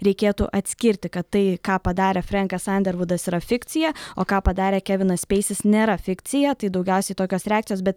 reikėtų atskirti kad tai ką padarė frenkas andervudas yra fikcija o ką padarė kevinas speisis nėra fikcija tai daugiausiai tokios reakcijos bet